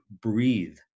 breathe